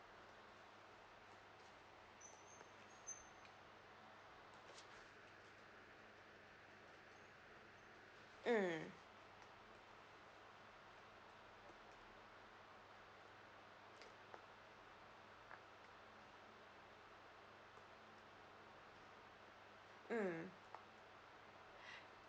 mm mm